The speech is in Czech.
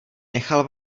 nechal